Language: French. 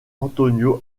antonio